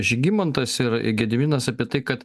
žygimantas ir gediminas apie tai kad